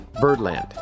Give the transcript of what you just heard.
Birdland